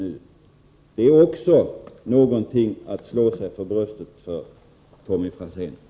Det är också något att slå sig för bröstet för, Tommy Franzén!